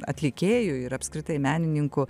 atlikėjų ir apskritai menininkų